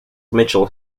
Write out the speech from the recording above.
mitchell